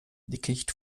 dickicht